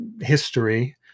history